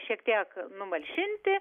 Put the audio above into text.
šiek tiek numalšinti